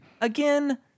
again